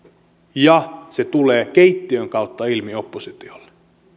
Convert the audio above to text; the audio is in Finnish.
ja se tulee keittiön kautta ilmi oppositiolle